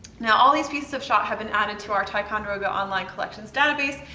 now all these pieces of shot have been added to our ticonderoga online collections database,